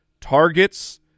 targets